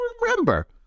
remember